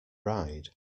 ride